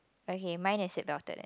okay mine is seatbelted in